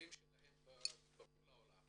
השליחים שלכם בכל העולם,